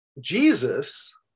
Jesus